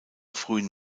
frühen